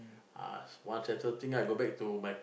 ah once settle thing I go back to my